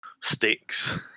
sticks